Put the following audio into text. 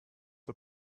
zur